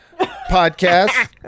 podcast